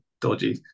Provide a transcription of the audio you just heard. dodgy